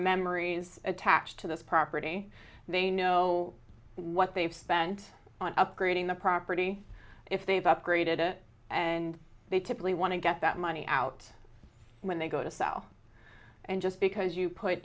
memories attached to this property they know what they've spent on upgrading the property if they've upgraded it and they typically want to get that money out when they go to sell and just because you put